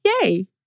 yay